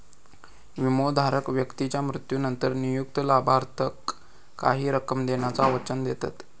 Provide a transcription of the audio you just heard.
विमोधारक व्यक्तीच्या मृत्यूनंतर नियुक्त लाभार्थाक काही रक्कम देण्याचा वचन देतत